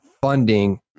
funding